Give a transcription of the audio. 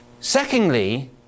Secondly